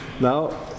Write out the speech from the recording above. Now